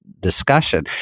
discussion